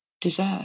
deserve